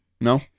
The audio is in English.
No